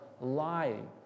lying